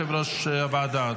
יושב-ראש הוועדה,